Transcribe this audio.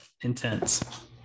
intense